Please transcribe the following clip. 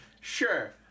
sure